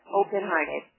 open-hearted